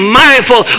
mindful